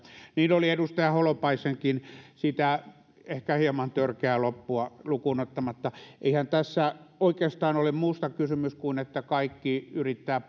niin oli edustaja holopaisenkin sitä ehkä hieman törkeää loppua lukuun ottamatta eihän tässä oikeastaan ole muusta kysymys kuin siitä että kaikki yrittävät